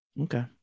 Okay